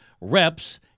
reps